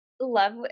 love